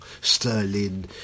Sterling